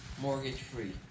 mortgage-free